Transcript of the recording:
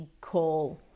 call